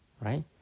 right